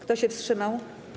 Kto się wstrzymał?